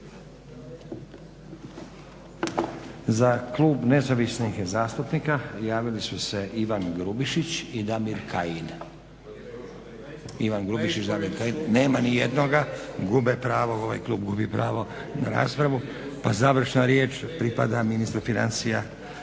Za klub Nezavisnih zastupnika javili su se Ivan Grubišić i Damir Kajin. Nema nijednoga, gube pravo, ovaj klub gubi pravo na raspravu. Završna riječ pripada ministru financija